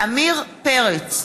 עמיר פרץ,